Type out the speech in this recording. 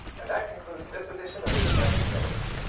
and that concludes this edition of the american veteran.